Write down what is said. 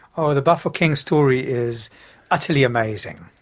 ah ah the bafokeng story is utterly amazing.